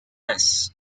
less